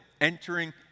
entering